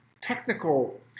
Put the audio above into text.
technical